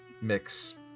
mix